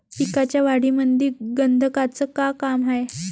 पिकाच्या वाढीमंदी गंधकाचं का काम हाये?